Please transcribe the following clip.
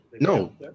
No